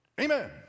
Amen